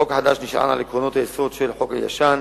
החוק החדש נשען על עקרונות היסוד של החוק הישן,